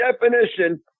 definition